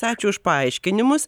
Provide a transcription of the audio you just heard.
ačiū už paaiškinimus